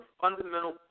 fundamental